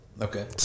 Okay